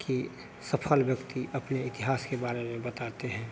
कि सफल व्यक्ति अपने इतिहास के बारे में बताते हैं